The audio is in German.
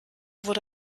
wurde